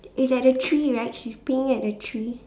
is at the tree right she's peeing at the tree